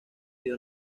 dio